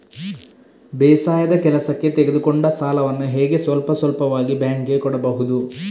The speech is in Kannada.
ಬೇಸಾಯದ ಕೆಲಸಕ್ಕೆ ತೆಗೆದುಕೊಂಡ ಸಾಲವನ್ನು ಹೇಗೆ ಸ್ವಲ್ಪ ಸ್ವಲ್ಪವಾಗಿ ಬ್ಯಾಂಕ್ ಗೆ ಕೊಡಬಹುದು?